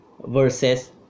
versus